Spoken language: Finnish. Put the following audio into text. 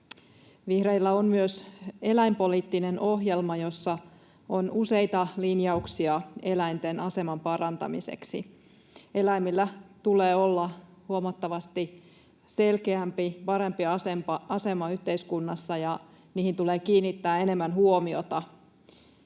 Vihreillä on myös eläinpoliittinen ohjelma, jossa on useita linjauksia eläinten aseman parantamiseksi. Eläimillä tulee olla huomattavasti selkeämpi, parempi asema yhteiskunnassa, ja niihin tulee kiinnittää enemmän huomiota.